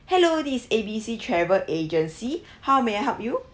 hello this is A_B_C travel agency how may I help you